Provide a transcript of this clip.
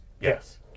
Yes